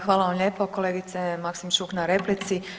Hvala vam lijepo kolegice Maksimčuk na replici.